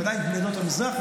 ודאי בני עדות המזרח,